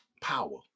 power